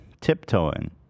tiptoeing